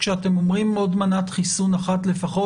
כשאתם אומרים עוד מנת חיסון אחת לפחות,